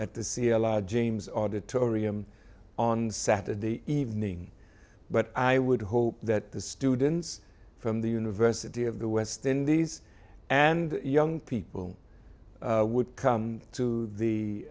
r james auditorium on saturday evening but i would hope that the students from the university of the west indies and young people would come to the